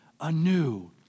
anew